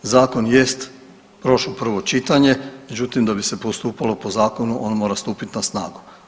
Zakon jest prošao prvo čitanje, međutim da bi se postupalo po zakonu on mora stupit na snagu.